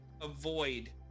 avoid